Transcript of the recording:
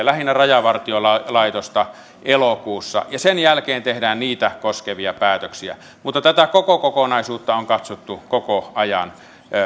lähinnä rajavartiolaitosta elokuussa ja sen jälkeen tehdään niitä koskevia päätöksiä mutta tätä koko kokonaisuutta on katsottu koko ajan